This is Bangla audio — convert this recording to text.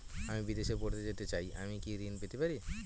আমি বিদেশে পড়তে যেতে চাই আমি কি ঋণ পেতে পারি?